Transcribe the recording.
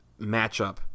matchup